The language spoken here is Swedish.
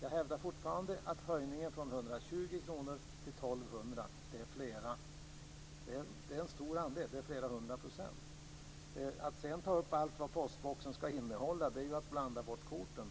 Jag hävdar fortfarande att höjningen från 120 kr till 1 200 kr är mycket stor - flera hundra procent. Att sedan ta upp allt vad det kan innebära att ha en postbox är att blanda bort korten.